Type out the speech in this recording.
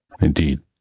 Indeed